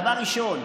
דבר ראשון,